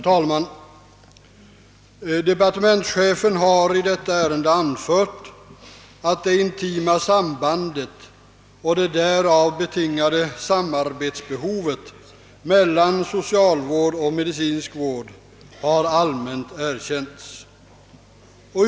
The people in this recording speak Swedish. Herr talman! Departementschefen har i detta ärende anfört, att det intima sambandet och det därav betingade behovet av samarbete mellan socialvård och medicinsk vård har allmänt erkänts.